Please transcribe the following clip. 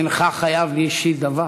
אינך חייב לי אישית דבר,